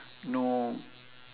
no